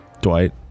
Dwight